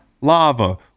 lava